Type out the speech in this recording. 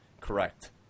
correct